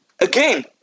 again